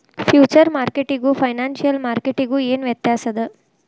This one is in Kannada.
ಫ್ಯೂಚರ್ ಮಾರ್ಕೆಟಿಗೂ ಫೈನಾನ್ಸಿಯಲ್ ಮಾರ್ಕೆಟಿಗೂ ಏನ್ ವ್ಯತ್ಯಾಸದ?